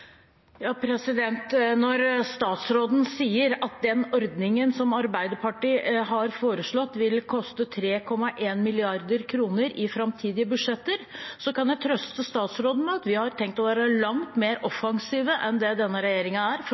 Når statsråden sier at den ordningen som Arbeiderpartiet har foreslått, vil koste 3,1 mrd. kr i framtidige budsjetter, kan jeg trøste statsråden med at vi har tenkt å være langt mer offensive enn det denne regjeringen er for